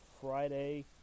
Friday